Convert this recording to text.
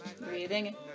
Breathing